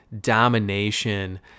domination